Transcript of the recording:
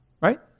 Right